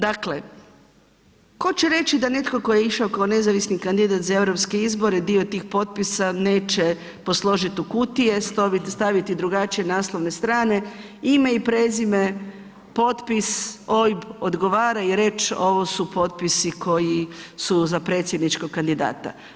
Dakle, tko će reći da netko tko je išao kao nezavisni kandidat za europske izbore, dio tih potpisa neće posložiti u kutije, staviti drugačije naslovne strane, ime i prezime, potpis, OIB odgovara i reć ovo su potpisi koji su za predsjedničkog kandidata?